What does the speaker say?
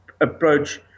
approach